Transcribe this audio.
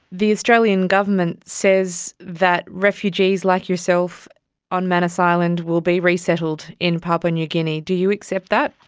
the australian government says that refugees like yourself on manus island will be resettled in papua new guinea. do you accept that?